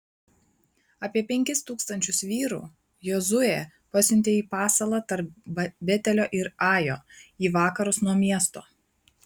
apie penkis tūkstančius vyrų jozuė pasiuntė į pasalą tarp betelio ir ajo į vakarus nuo miesto